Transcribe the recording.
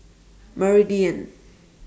Meridian